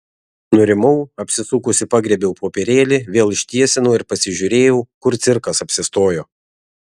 nurimau apsisukusi pagriebiau popierėlį vėl ištiesinau ir pasižiūrėjau kur cirkas apsistojo